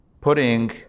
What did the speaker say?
putting